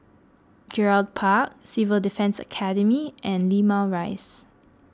Gerald Park Civil Defence Academy and Limau Rise